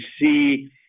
see